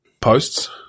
posts